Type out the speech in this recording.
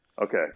Okay